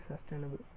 sustainable